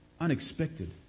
Unexpected